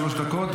שלוש דקות.